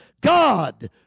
God